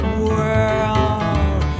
world